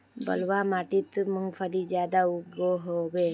बलवाह माटित मूंगफली ज्यादा उगो होबे?